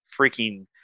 freaking